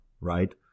right